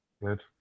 Good